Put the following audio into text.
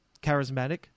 charismatic